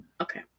Okay